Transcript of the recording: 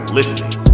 listening